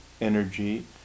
energy